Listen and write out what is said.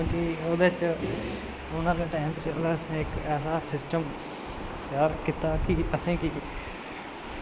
ते ओह्दे च औने आह्ले टैम च इक्क ऐसा सिस्टम त्यार कीता की असेंगी